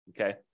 okay